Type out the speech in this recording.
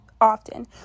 often